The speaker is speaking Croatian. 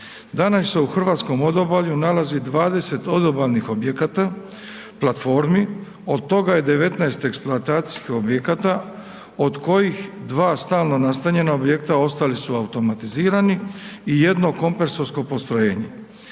Danas se u hrvatskom odobalju nalazi 20 odobalnih objekata, platformi, od toga je 19 eksploatacijskih objekata od kojih 2 stalno nastanjena objekta, ostali su automatizirani i jedno kompresorsko postrojenje.